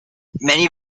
many